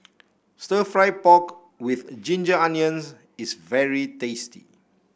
Stir Fried Pork with Ginger Onions is very tasty